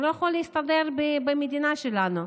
הוא לא יכול להסתדר במדינה שלנו.